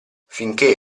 finché